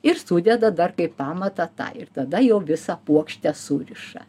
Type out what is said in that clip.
ir sudeda dar kaip pamatą tą ir tada jau visą puokštę suriša